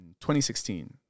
2016